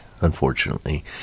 unfortunately